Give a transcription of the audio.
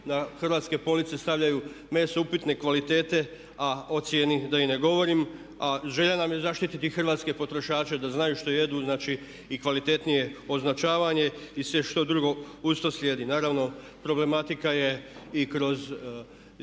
hrvatske police stavljaju meso upitne kvalitete a o cijeni da i ne govorim a želja nam je zaštititi hrvatske potrošače da znaju što jedu, znači i kvalitetnije označavanje i sve što drugo uz to slijedi. Naravno problematika je i kroz